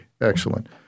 excellent